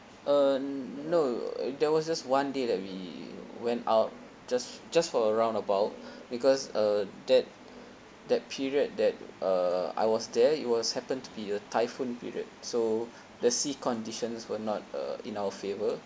uh no uh there was just one day that we went out just just for a round about because uh that that period that uh I was there it was happen to be a typhoon period so the sea conditions were not uh in our favor